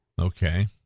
okay